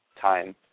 time